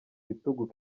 bitugu